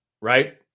right